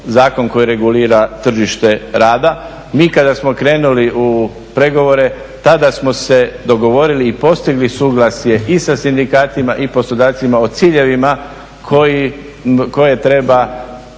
zakon koji regulira tržište rada. Mi kada smo krenuli u pregovore tada smo se dogovorili i postigli suglasje i sa sindikatima i poslodavcima o ciljevima koje treba